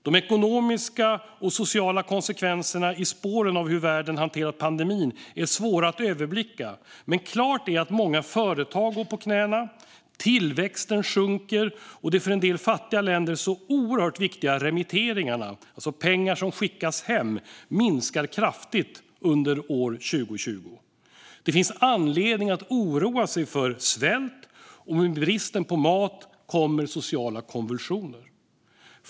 De ekonomiska och sociala konsekvenserna i spåren av hur världen har hanterat pandemin är svåra att överblicka, men klart är att många företag går på knäna, att tillväxten sjunker och att de för en del fattigare länder så viktiga remitteringarna - det vill säga pengar som skickas hem - minskar kraftigt under år 2020. Det finns anledning att oroa sig för svält, och med bristen på mat kommer sociala konvulsioner.